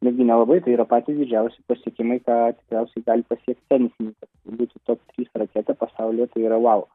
netgi ne labai tai yra patys didžiausi pasiekimai ką tikriausiai gali pasiekti tenisininkas būtų top trys rakete pasaulyje tai yra vau